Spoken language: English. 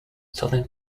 southern